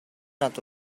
not